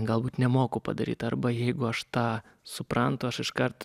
galbūt nemoku padaryt arba jeigu aš tą suprantu aš iškart